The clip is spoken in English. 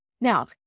Now